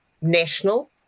National